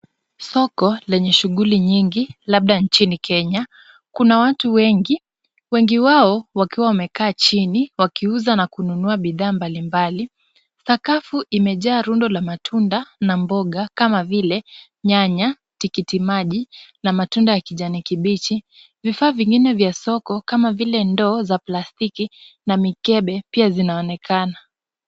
Soko lenye shughuli nyingi labda nchini Kenya, kuna watu wengi, wengi wao wakiwa wamekaa chini wakiuza na kununua bidhaa mbalimbali. Sakafu imejaa rundo la matunda na mboga kama vile nyanya, tikiti maji na matunda ya kijani kibichi. Vifaa vingine vya soko kama vile ndoo za plastiki na mikebe pia zinaonekana.